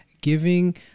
giving